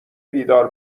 بیدار